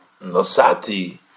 Nosati